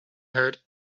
heard